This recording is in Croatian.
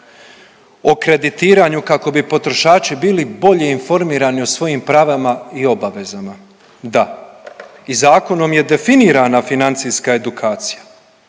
o kreditiranju kako bi potrošači bili bolje informirani o svojim pravima i obavezama? Da, i zakonom je definirana financijska edukacija,